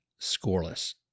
scoreless